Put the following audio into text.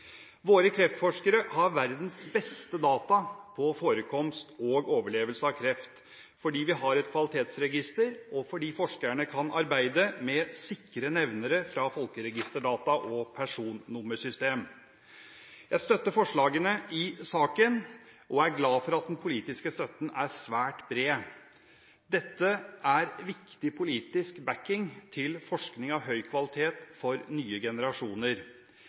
Våre kreftforskere har verdens beste data når det gjelder forekomst og overlevelse av kreft fordi vi har et kvalitetsregister, og fordi forskerne kan arbeide med sikre nevnere fra folkeregisterdata og personnummersystem. Jeg støtter forslagene i saken og er glad for at den politiske støtten er svært bred. Dette er viktig politisk backing til forskning av høy kvalitet for nye generasjoner.